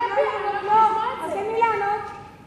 הוא פוגע בי, אני לא יכולה לשמוע את זה.